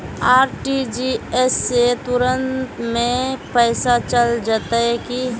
RTGS से तुरंत में पैसा चल जयते की?